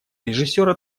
режиссера